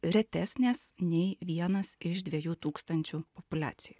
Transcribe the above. retesnės nei vienas iš dviejų tūkstančių populiacijoj